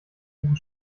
diesen